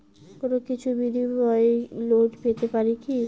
কোনো কিছুর বিনিময়ে লোন পেতে পারি কি?